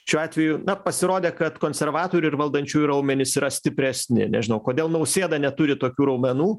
šiuo atveju na pasirodė kad konservatorių ir valdančiųjų raumenys yra stipresni nežinau kodėl nausėda neturi tokių raumenų